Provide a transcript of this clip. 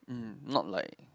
mm not like